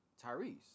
Tyrese